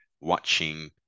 watching